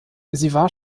war